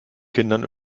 kindern